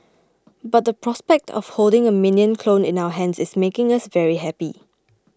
but the prospect of holding a minion clone in our hands is making us very happy